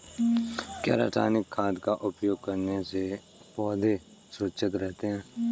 क्या रसायनिक खाद का उपयोग करने से पौधे सुरक्षित रहते हैं?